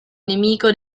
nemico